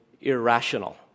irrational